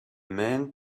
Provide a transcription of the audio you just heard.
man